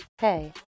Hey